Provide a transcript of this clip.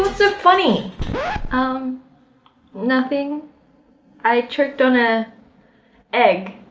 so funny um nothing i tripped on a egg